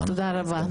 תודה רבה.